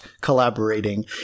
collaborating